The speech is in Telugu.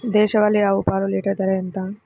దేశవాలీ ఆవు పాలు లీటరు ధర ఎంత?